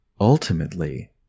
ultimately